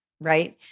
right